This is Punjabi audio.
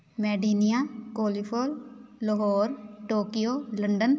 ਮੈਡੀਨੀਆ ਕੋਲੀਫੋਲ ਲਾਹੌਰ ਟੋਕਿਓ ਲੰਡਨ